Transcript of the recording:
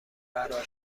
برا